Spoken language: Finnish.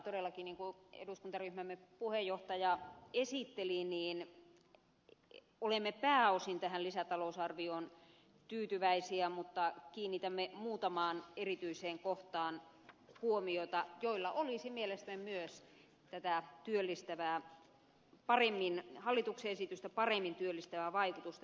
todellakin niin kuin eduskuntaryhmämme puheenjohtaja esitteli olemme pääosin tähän lisätalousarvioon tyytyväisiä mutta kiinnitämme muutamaan erityiseen kohtaan huomiota joilla olisi mielestämme myös tätä hallituksen esitystä paremmin työllistävää vaikutusta